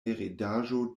heredaĵo